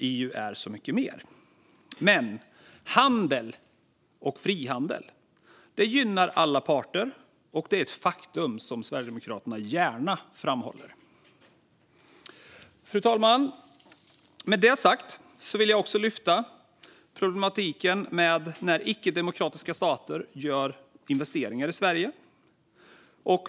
EU är så mycket mer. Handel och frihandel gynnar alla parter. Det är ett faktum som Sverigedemokraterna gärna framhåller. Fru talman! Med det sagt vill jag också lyfta problematiken med när icke-demokratiska stater gör investeringar i Sverige.